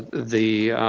the.